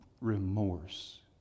remorse